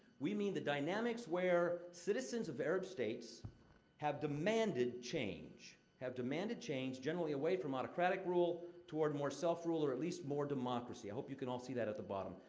we mean the dynamics where citizens of the arab states have demanded change. have demanded change, generally away from autocratic rule toward more self-rule or, at least, more democracy. i hope you can all see that at the bottom.